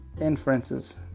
inferences